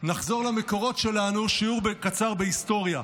נחזור למקורות שלנו, שיעור קצר בהיסטוריה.